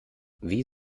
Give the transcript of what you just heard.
wie